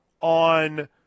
On